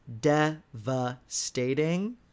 devastating